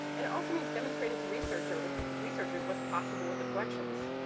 and it also means demonstrating to researchers what's researchers what's possible with the collections.